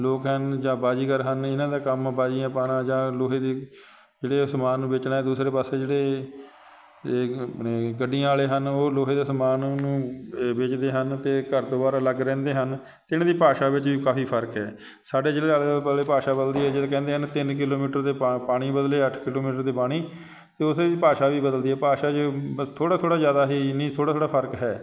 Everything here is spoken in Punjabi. ਲੋਕ ਹਨ ਜਾਂ ਬਾਜੀਗਰ ਹਨ ਇਹਨਾਂ ਦਾ ਕੰਮ ਬਾਜ਼ੀਆਂ ਪਾਉਣਾ ਜਾਂ ਲੋਹੇ ਦੀ ਜਿਹੜੇ ਸਮਾਨ ਨੂੰ ਵੇਚਣਾ ਦੂਸਰੇ ਪਾਸੇ ਜਿਹੜੇ ਗੱਡੀਆਂ ਵਾਲੇ ਹਨ ਉਹ ਲੋਹੇ ਦੇ ਸਮਾਨ ਨੂੰ ਏ ਵੇਚਦੇ ਹਨ ਅਤੇ ਘਰ ਤੋਂ ਬਾਹਰ ਅਲੱਗ ਰਹਿੰਦੇ ਹਨ ਅਤੇ ਇਹਨਾਂ ਦੀ ਭਾਸ਼ਾ ਵਿੱਚ ਵੀ ਕਾਫੀ ਫਰਕ ਹੈ ਸਾਡੇ ਜ਼ਿਲ੍ਹੇ ਭਾਸ਼ਾ ਬਦਲਦੀ ਹੈ ਜਦ ਕਹਿੰਦੇ ਹਨ ਤਿੰਨ ਕਿਲੋਮੀਟਰ ਦੇ ਪਾ ਪਾਣੀ ਬਦਲੇ ਅੱਠ ਕਿਲੋਮੀਟਰ ਦੇ ਪਾਣੀ ਅਤੇ ਉਸੇ ਭਾਸ਼ਾ ਵੀ ਬਦਲਦੀ ਆ ਭਾਸ਼ਾ 'ਚ ਬ ਥੋੜ੍ਹਾ ਥੋੜ੍ਹਾ ਜ਼ਿਆਦਾ ਹੀ ਨਹੀਂ ਥੋੜ੍ਹਾ ਥੋੜ੍ਹਾ ਫਰਕ ਹੈ